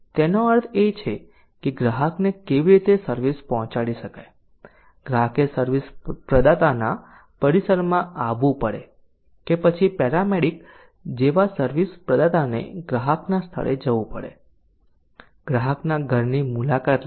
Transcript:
તેનો અર્થ એ છે કે ગ્રાહકને કઈ રીતે સર્વિસ પહોંચાડી શકાય ગ્રાહકે સર્વિસ પ્રદાતાના પરિસરમાં આવવું પડે કે પછી પેરામેડિક જેવા સર્વિસ પ્રદાતાને ગ્રાહકના સ્થળે જવું પડે ગ્રાહકના ઘરની મુલાકાત લેવી